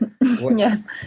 Yes